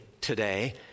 today